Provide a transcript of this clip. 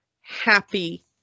happy